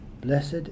blessed